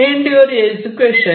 end user education